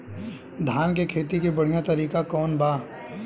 धान के खेती के बढ़ियां तरीका कवन बा?